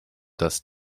das